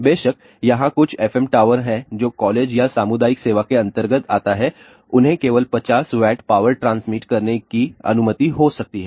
बेशक यहाँ कुछ FM टॉवर हैं जो कॉलेज या सामुदायिक सेवाओं के अंतर्गत आता है उन्हें केवल 50 W पावर ट्रांसमिट करने की अनुमति हो सकती है